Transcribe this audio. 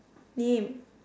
name